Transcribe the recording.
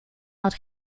out